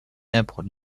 airport